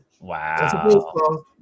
Wow